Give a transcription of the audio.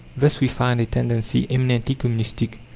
thus we find a tendency, eminently communistic,